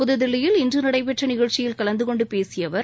புதுதில்லியில் இன்று நடைபெற்ற நிகழ்ச்சியில் கலந்து கொண்டு பேசிய அவர்